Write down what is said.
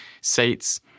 seats